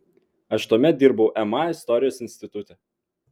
aš tuomet dirbau ma istorijos institute